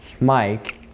Mike